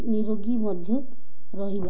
ନିରୋଗୀ ମଧ୍ୟ ରହିବା